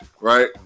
right